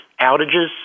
outages